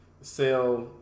sell